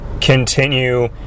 continue